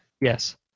yes